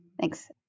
Thanks